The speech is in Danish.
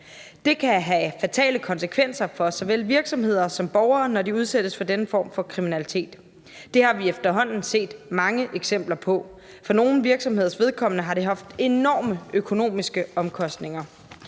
Det kan have fatale konsekvenser for såvel virksomheder som borgere, når de udsættes for denne form for kriminalitet. Det har vi efterhånden set mange eksempler på. For nogle virksomheders vedkommende har det haft enorme økonomiske omkostninger.